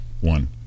one